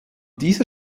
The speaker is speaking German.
dieser